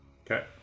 Okay